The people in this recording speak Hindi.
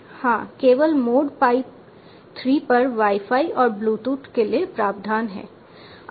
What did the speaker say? हां केवल मोड पाई 3 पर वाई फाई और ब्लूटूथ के लिए प्रावधान है